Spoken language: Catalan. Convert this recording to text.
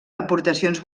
aportacions